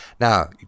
Now